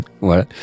voilà